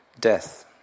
death